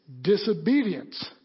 Disobedience